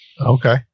Okay